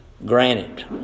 granite